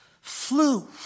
flew